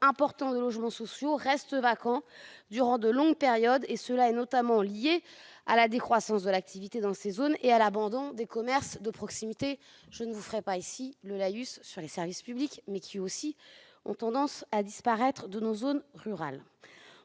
important de logements sociaux restent vacants durant de longues périodes. Cela est notamment dû à la décroissance de l'activité dans ces zones et à l'abandon des commerces de proximité. Je ne vous ferai pas ici le laïus sur les services publics, mais ceux-ci ont eux aussi tendance à disparaître de nos zones rurales.